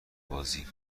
بازی